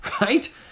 right